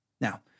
Now